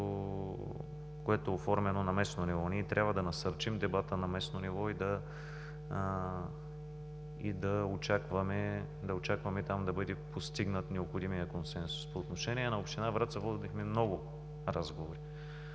което е оформено на местно ниво. Ние трябва да насърчим дебата на местно ниво и да очакваме там да бъде постигнат необходимият консенсус. По отношение на община Враца водихме много разговори.